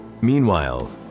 Meanwhile